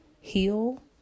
heal